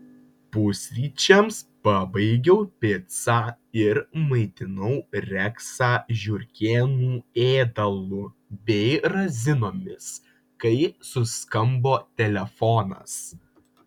pusryčiams pabaigiau picą ir maitinau reksą žiurkėnų ėdalu bei razinomis kai suskambo telefonas